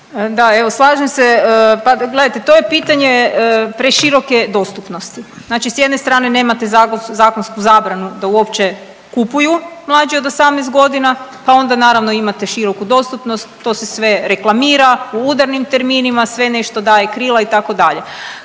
Da, evo, slažem se. Pa gledajte, to je pitanje preširoke dostupnosti. Znači s jedne strane nemate zakonsku zabranu da uopće kupuju mlađi od 18 godina, pa onda naravno imate široku dostupnost, to se sve reklamira u udarnim terminima, sve nešto daje krila, itd.